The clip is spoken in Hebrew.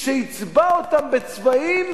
שיצבע אותם בצבעים